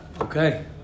Okay